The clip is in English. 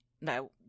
no